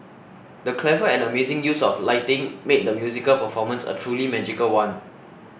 the clever and amazing use of lighting made the musical performance a truly magical one